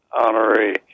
Honorary